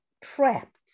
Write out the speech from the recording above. trapped